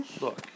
Look